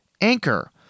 Anchor